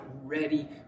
ready